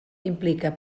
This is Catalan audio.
implica